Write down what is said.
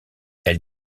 elle